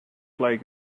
like